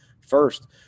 first